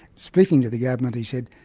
speaking to the government he said,